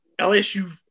LSU